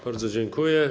Bardzo dziękuję.